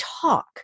talk